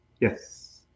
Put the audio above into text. Yes